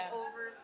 over